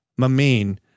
mameen